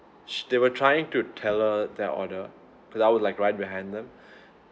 sh~ they were trying to tell her their order because I was like right behind them